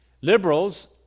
Liberals